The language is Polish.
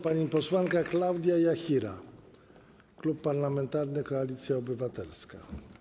Pani posłanka Klaudia Jachira, Klub Parlamentarny Koalicja Obywatelska.